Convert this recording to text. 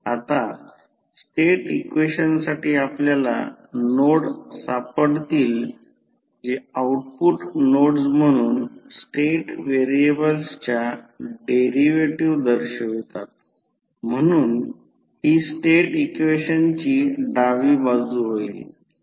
आता स्टेट इक्वेशनसाठी आपल्याला नोड सापडतील जे आउटपुट नोड्स म्हणून स्टेट व्हेरिएबलच्या डेरीवेटीव्ह दर्शवतात म्हणून ही स्टेट इक्वेशनची डावी बाजू होईल